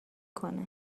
کنه